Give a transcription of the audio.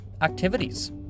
activities